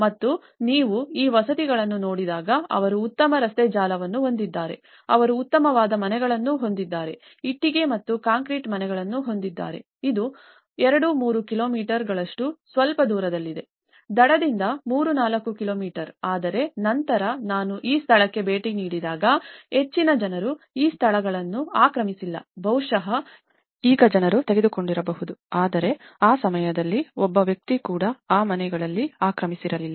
ಮತ್ತು ನೀವು ಈ ವಸತಿಗಳನ್ನು ನೋಡಿದಾಗ ಅವರು ಉತ್ತಮ ರಸ್ತೆ ಜಾಲವನ್ನು ಹೊಂದಿದ್ದಾರೆ ಅವರು ಉತ್ತಮವಾದ ಮನೆಗಳನ್ನು ಹೊಂದಿದ್ದಾರೆ ಇಟ್ಟಿಗೆ ಮತ್ತು ಕಾಂಕ್ರೀಟ್ ಮನೆಗಳನ್ನು ಹೊಂದಿದ್ದಾರೆ ಇದು 2 3 ಕಿಲೋಮೀಟರ್ಗಳಷ್ಟು ಸ್ವಲ್ಪ ದೂರದಲ್ಲಿದೆ ದಡದಿಂದ 3 4 ಕಿಲೋಮೀಟರ್ ಆದರೆ ನಂತರ ನಾನು ಈ ಸ್ಥಳಕ್ಕೆ ಭೇಟಿ ನೀಡಿದಾಗ ಹೆಚ್ಚಿನ ಜನರು ಈ ಸ್ಥಳಗಳನ್ನು ಆಕ್ರಮಿಸಿಲ್ಲ ಬಹುಶಃ ಈಗ ಜನರು ತೆಗೆದುಕೊಂಡಿರಬಹುದು ಆದರೆ ಆ ಸಮಯದಲ್ಲಿ ಒಬ್ಬ ವ್ಯಕ್ತಿ ಕೂಡ ಈ ಮನೆಗಳನ್ನು ಆಕ್ರಮಿಸಿರಲಿಲ್ಲ